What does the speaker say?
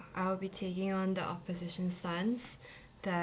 I will be taking on the opposition stance that